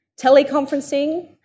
teleconferencing